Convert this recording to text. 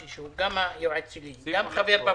580610616 חסדי דויד ושלמה (ע"ר)